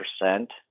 percent